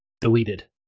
deleted